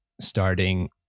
starting